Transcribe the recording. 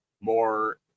more